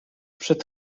przed